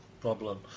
problem